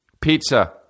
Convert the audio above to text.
Pizza